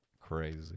Crazy